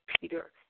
Peter